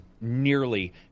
nearly